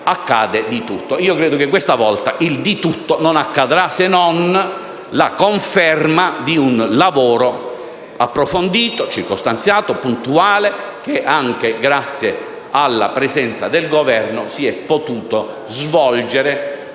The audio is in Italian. accadeva di tutto. Credo che questa volta il «di tutto» non accadrà, se non la conferma di un lavoro approfondito, circostanziato, puntuale, che anche grazie alla presenza del Governo si è potuto svolgere